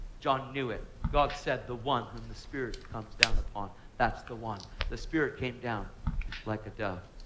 john knew it. god said the one whom the spirit comes down upon, that's the one. the spirit came down like a dove,